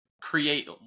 create